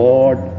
Lord